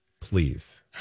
Please